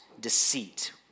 deceit